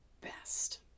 best